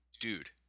dude